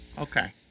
Okay